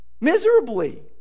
miserably